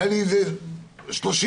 היו 30 עמותות בזום.